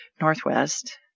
northwest